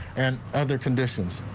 and other conditions.